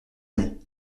année